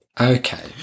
Okay